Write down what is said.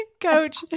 Coach